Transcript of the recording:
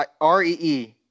R-E-E